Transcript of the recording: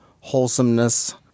wholesomeness